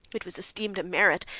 it was esteemed a merit,